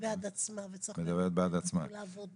והיא מדברת בעד עצמה, וצריך לעבוד.